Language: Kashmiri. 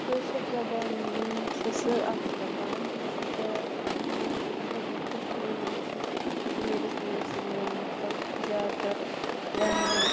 کٲشِر زبان چھِ سُہ اَکھ زبان یُس سۄ أکِس مطلب کٔشمیٖری کشمیٖرَس منٛز یِوان مطلب زیادٕ تَر وَننہٕ